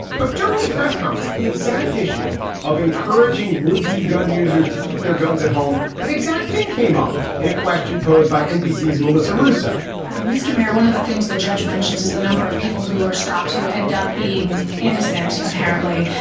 but during the press conference, the exact issue of encouraging would be gun users to keep their guns at home. that exact thing came up in a question posed by nbc's melissa russo mr. mayor, one of the things the judge mentions is the number of people who are stopped who end up being innocent, apparently.